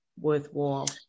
worthwhile